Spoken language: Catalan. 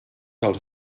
els